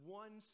one